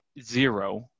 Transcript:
zero